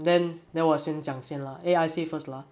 then then 我先讲先 lah eh I say first lah